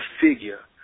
figure